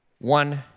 one